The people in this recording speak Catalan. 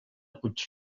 puig